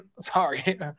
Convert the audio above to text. sorry